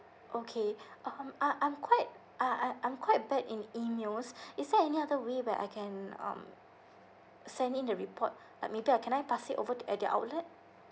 okay um I I'm quite ah I'm I'm quite bad in emails is there any other way where I can um send in the report like maybe I can I pass it over at the outlet